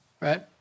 right